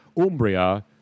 Umbria